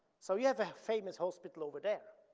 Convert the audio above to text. so we have a famous hospital over there.